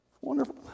Wonderful